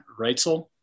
Reitzel